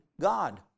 God